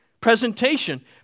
presentation